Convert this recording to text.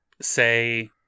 say